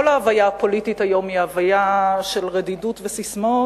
כל ההוויה הפוליטית היום היא הוויה של רדידות וססמאות,